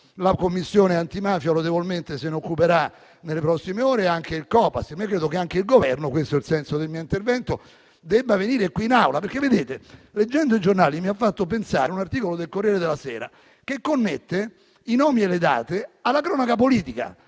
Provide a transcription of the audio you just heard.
La Commissione antimafia lodevolmente se ne occuperà nelle prossime ore e anche il Copasir. Credo che anche il Governo - questo è il senso del mio intervento - debba venire qui in Aula. Leggendo i giornali mi è venuto da pensare a un articolo del «Corriere della sera» che connette i nomi e le date alla cronaca politica.